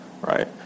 Right